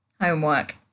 Homework